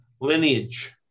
lineage